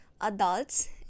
adults